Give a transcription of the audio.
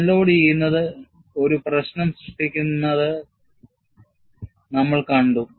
അൺലോഡുചെയ്യുന്നത് ഒരു പ്രശ്നം സൃഷ്ടിക്കുന്നത് നമ്മൾ കണ്ടു